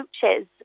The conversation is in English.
coaches